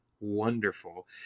wonderful